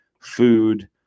food